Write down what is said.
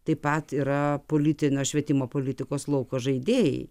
taip pat yra politinio švietimo politikos lauko žaidėjai